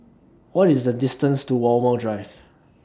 What IS The distance to Walmer Drive